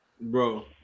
bro